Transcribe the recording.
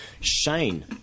Shane